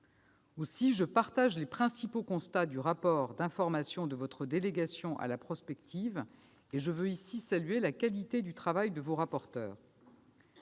Aussi, je partage les principaux constats du rapport d'information de votre délégation à la prospective, et je veux ici saluer la qualité du travail de vos rapporteurs.